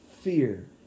Fear